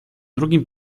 drugim